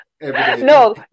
No